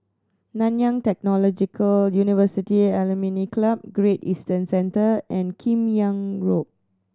Nanyang Technological University Alumni Club Great Eastern Centre and Kim Yam Road